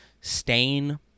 stain